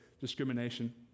discrimination